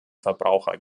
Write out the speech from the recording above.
verbraucher